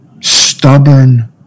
stubborn